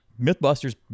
MythBusters